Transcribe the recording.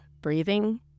breathing